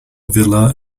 villa